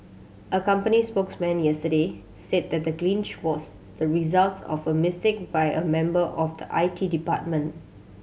a company spokesman yesterday said that the was the results of a mistake by a member of the I T department